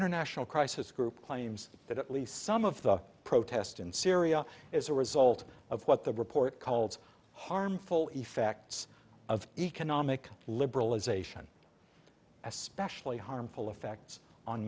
international crisis group claims that at least some of the protest in syria is a result of what the report calls harmful effects of economic liberalization especially harmful